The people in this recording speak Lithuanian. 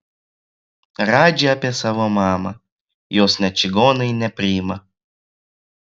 radži apie savo mamą jos net čigonai nepriima